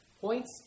points